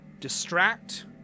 distract